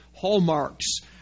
Hallmark's